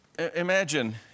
Imagine